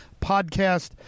Podcast